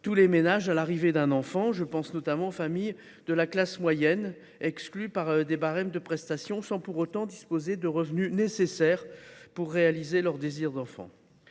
de la naissance d’un enfant. Je pense notamment aux familles de la classe moyenne, exclues par les barèmes de prestations, sans pour autant disposer des revenus nécessaires pour réaliser leur désir d’enfant.